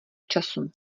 času